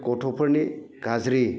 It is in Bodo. गथ'फोरनि गाज्रि